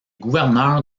gouverneur